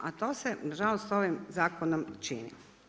A to se, nažalost ovim zakonom čini.